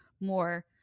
more